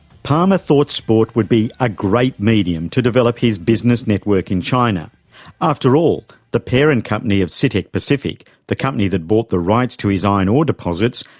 palmer thought sport would be a great medium to develop his business network in china after all, the parent company of citic pacific, the company that bought the rights to his iron ore deposits,